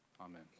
Amen